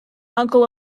uncle